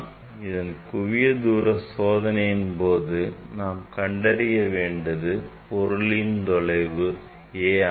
இதன் குவிய தூர சோதனையின் போது நாம் கண்டறிய வேண்டியது பொருள் தொலைவு a ஆகும்